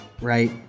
Right